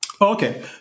Okay